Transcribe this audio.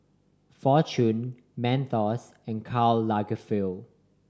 Fortune Mentos and Karl Lagerfeld